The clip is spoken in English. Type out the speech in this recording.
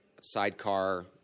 sidecar